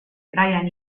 brian